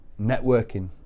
networking